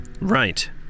Right